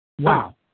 Wow